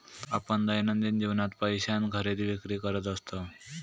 आपण दैनंदिन जीवनात पैशान खरेदी विक्री करत असतव